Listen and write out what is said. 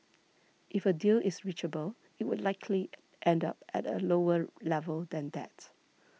if a deal is reachable it would likely end up at a lower level than that